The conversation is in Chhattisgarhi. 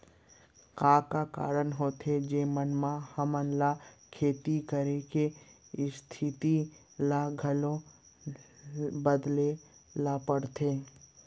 का का कारण होथे जेमन मा हमन ला खेती करे के स्तिथि ला घलो ला बदले ला पड़थे?